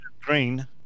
Green